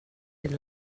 and